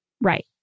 Right